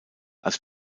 als